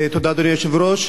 תודה, אדוני היושב-ראש.